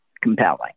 compelling